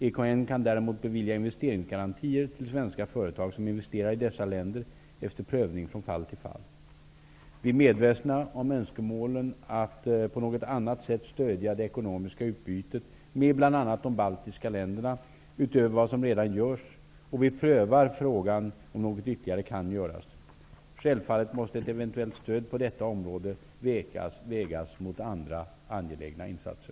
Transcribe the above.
EKN kan däremot bevilja investeringsgarantier till svenska företag som investerar i dessa länder efter prövning från fall till fall. Vi är medvetna om önskemålen att på något sätt stödja det ekonomiska utbytet med bl.a. de baltiska staterna utöver vad som redan görs och vi prövar frågan om något ytterligare kan göras. Självfallet måste ett eventuellt stöd på detta område vägas mot andra angelägna insatser.